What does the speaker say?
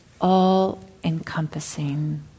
all-encompassing